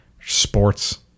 sports